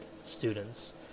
students